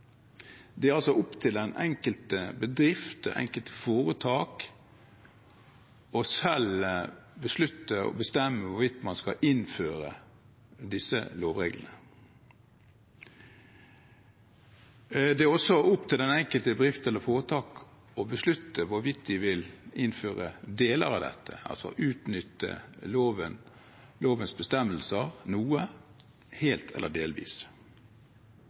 det er altså opp til den enkelte bedrift, det enkelte foretak, selv å bestemme hvorvidt man skal innføre disse lovreglene. Det er også opp til den enkelte bedrift eller foretak å beslutte hvorvidt de vil innføre deler av dette, altså utnytte lovens bestemmelser noe, helt eller delvis.